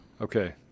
Okay